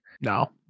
No